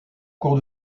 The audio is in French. cours